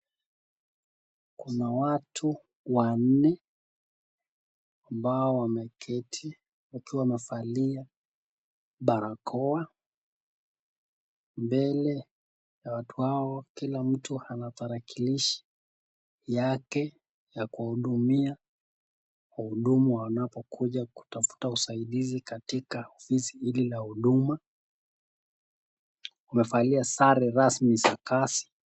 Kuna watu wanne ambao wameketi wakiwa wamevalia barakoa, mbele ya watu hao, kila mtu ako na tarakilishi yake ya kuhudumia wahudumu wanapokuja kutafta usaidizi katika ofisi hili la huduma wamevalia sare rasmi za kazi.